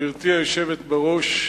אדוני היושב-ראש,